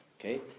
Okay